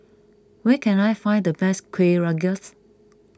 where can I find the best Kueh Rengas